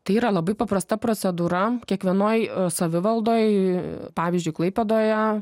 tai yra labai paprasta procedūra kiekvienoj savivaldoj pavyzdžiui klaipėdoje